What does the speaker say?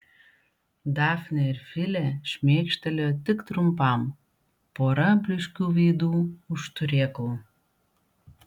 dafnė ir filė šmėkštelėjo tik trumpam pora blyškių veidų už turėklų